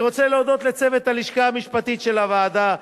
אני רוצה להודות לצוות הלשכה המשפטית של הוועדה: